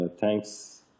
thanks